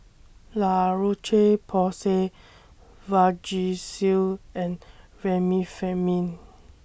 La Roche Porsay Vagisil and Remifemin